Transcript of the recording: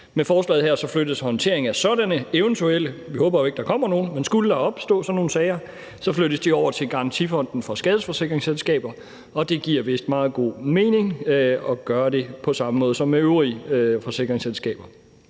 Med forslaget her flyttes håndteringen af sådanne eventuelle sager, hvis der skulle opstå sådan nogen – vi håber jo ikke, der kommer nogen – over til Garantifonden for skadesforsikringsselskaber, og det giver vist meget god mening at gøre det på samme måde som med øvrige forsikringsselskaber.